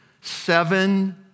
seven